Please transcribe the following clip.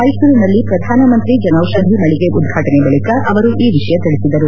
ಮೈಸೂರಿನಲ್ಲಿ ಪ್ರಧಾನಮಂತ್ರಿ ಜನೌಪಧಿ ಮಳಿಗೆ ಉದ್ಘಾಟನೆ ಬಳಿಕ ಅವರು ಈ ವಿಷಯ ತಿಳಿಸಿದರು